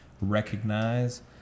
recognize